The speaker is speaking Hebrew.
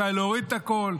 מתי להוריד את הקול,